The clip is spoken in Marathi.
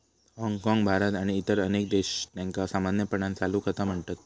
हाँगकाँग, भारत आणि इतर अनेक देश, त्यांका सामान्यपणान चालू खाता म्हणतत